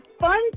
fun